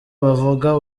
bavuga